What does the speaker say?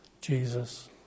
Jesus